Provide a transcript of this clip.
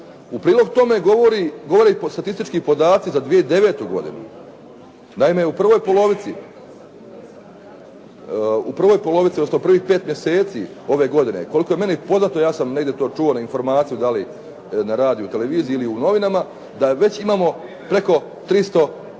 U prilog tome govore i statistički podaci za 2009. godinu. Naime, u prvoj polovici, odnosno prvi pet mjeseci ove godine, koliko je meni poznato, ja sam negdje to čuo informaciju, da li na radiju, televiziji ili u novinama, da već imamo preko 300